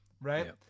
right